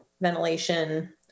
ventilation